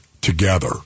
together